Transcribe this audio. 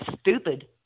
stupid